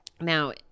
Now